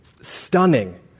stunning